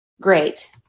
great